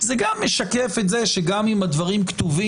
זה גם משקף את זה שגם אם הדברים כתובים,